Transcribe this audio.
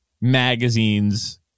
magazines